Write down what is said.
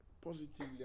positively